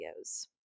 videos